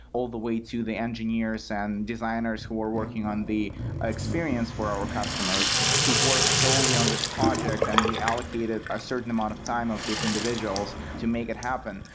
all the way to the engineers and designers who are working on the experience for our customers to work solely on this project, and we allocated a certain amount of time of these individuals to make it happen.